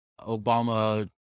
Obama